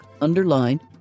underline